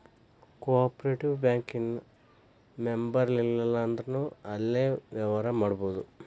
co operative bank ಇನ್ ಮೆಂಬರಿರ್ಲಿಲ್ಲಂದ್ರುನೂ ಅಲ್ಲೆ ವ್ಯವ್ಹಾರಾ ಮಾಡ್ಬೊದು